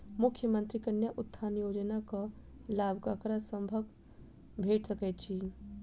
मुख्यमंत्री कन्या उत्थान योजना कऽ लाभ ककरा सभक भेट सकय छई?